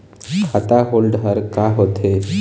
खाता होल्ड हर का होथे?